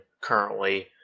currently